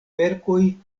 verkoj